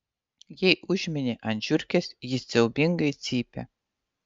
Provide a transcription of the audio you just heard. jei užmini ant žiurkės ji siaubingai cypia